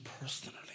personally